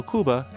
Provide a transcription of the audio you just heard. Cuba